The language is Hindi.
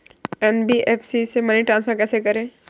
एन.बी.एफ.सी से मनी ट्रांसफर कैसे करें?